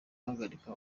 guhagarika